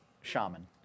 shaman